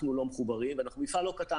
אנחנו לא מחוברים ואנחנו מפעל לא קטן.